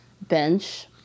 bench